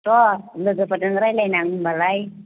र' लोगोफोरजों रायलायनां होनबालाय